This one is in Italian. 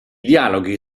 dialoghi